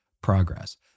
progress